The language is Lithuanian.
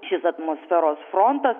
šis atmosferos frontas